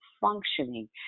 functioning